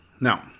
Now